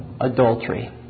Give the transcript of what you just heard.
adultery